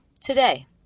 today